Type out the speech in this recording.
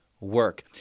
work